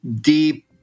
deep